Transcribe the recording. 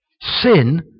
Sin